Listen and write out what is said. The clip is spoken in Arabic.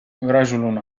رجل